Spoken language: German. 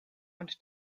und